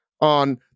on